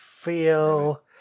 feel